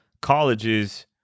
colleges